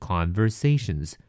Conversations